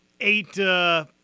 eight –